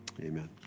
amen